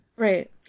Right